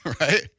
right